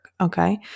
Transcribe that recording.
Okay